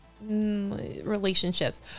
Relationships